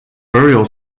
burial